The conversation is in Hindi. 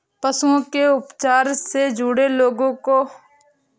पशुओं के उपचार से जुड़े लोगों को वेटरनरी वर्कर कहा जा सकता है